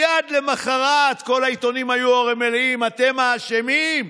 מייד למוחרת כל העיתונים הרי היו מריעים: אתם האשמים.